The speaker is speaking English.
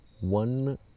one